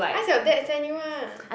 ask your dad send you ah